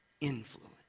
influence